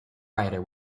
rider